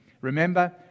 Remember